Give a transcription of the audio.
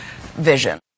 vision